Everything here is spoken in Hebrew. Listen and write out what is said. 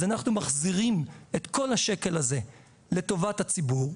אז אנחנו מחזירים את כל השקל הזה לטובת הציבור,